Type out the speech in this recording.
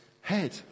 head